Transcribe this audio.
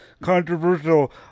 controversial